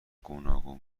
گوناگون